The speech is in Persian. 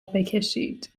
بکشید